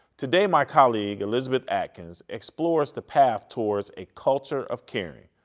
today my colleague, elizabeth atkins, explores the path towards a culture of caring,